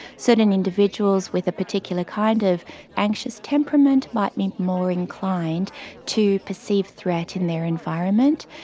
certain individuals with a particular kind of anxious temperament might be more inclined to perceive threat in their environment,